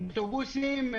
אוטובוסים,